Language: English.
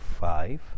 Five